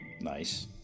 Nice